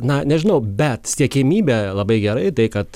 na nežinau bet siekiamybė labai gerai tai kad